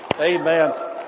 Amen